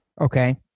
Okay